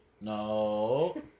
No